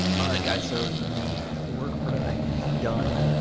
all right guys, so the work for tonight is done.